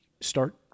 start